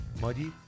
muddy